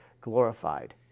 glorified